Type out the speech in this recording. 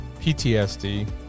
PTSD